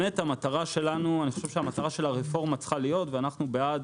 המטרה של הרפורמה צריכה להיות ואנחנו בעד